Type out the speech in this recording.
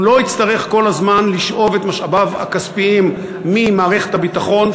הוא לא יצטרך כל הזמן לשאוב את משאביו הכספיים ממערכת הביטחון,